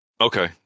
Okay